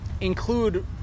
include